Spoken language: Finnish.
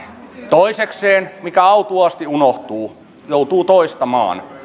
toisekseen mikä autuaasti unohtuu joutuu toistamaan